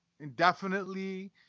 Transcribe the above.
indefinitely